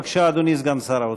בבקשה, אדוני סגן שר האוצר.